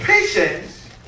Patience